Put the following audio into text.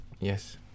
Yes